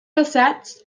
caçats